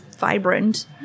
vibrant